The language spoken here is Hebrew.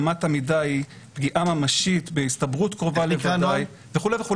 אמת המידה היא פגיעה ממשית בהסתברות קרובה לוודאי וכו',